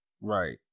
Right